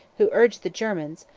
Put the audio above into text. who urged the germans,